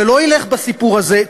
זה לא ילך בסיפור הזה.